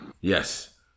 Yes